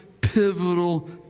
pivotal